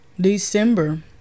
December